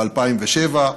ב-2007,